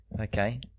Okay